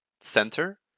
center